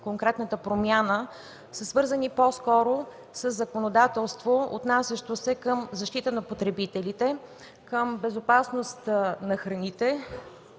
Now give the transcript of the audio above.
конкретната промяна, са свързани по-скоро със законодателство, отнасящо се към защита на потребителите, към безопасност на храните,